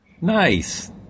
Nice